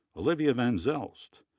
olivia van zelst,